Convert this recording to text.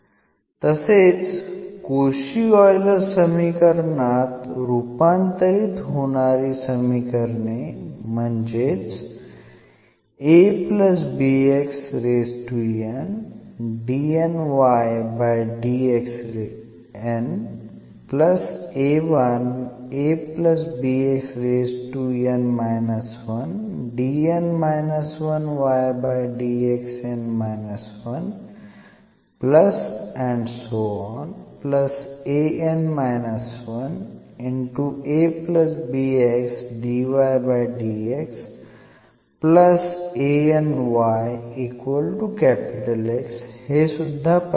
तसेच Cauchy Euler समीकरणात रूपांतरित होणारी समीकरणे म्हणजेच हे सुद्धा पाहिलीत